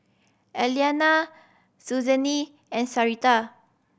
Elianna Suzanne and Sarita